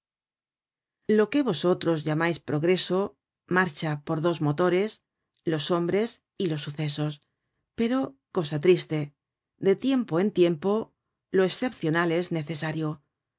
lo que vosotros llamais progreso marcha por dos motores los hombres y los sucesos pero cosa triste de tiempo en tiempo lo escepcional es necesario